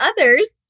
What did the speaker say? others